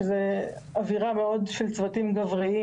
שזה אווירה מאוד של צוותים גבריים.